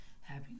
Happy